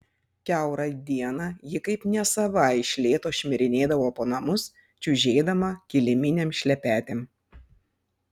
kiaurą dieną ji kaip nesava iš lėto šmirinėdavo po namus čiužėdama kiliminėm šlepetėm